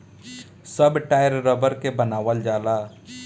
सब टायर रबड़ के बनावल जाला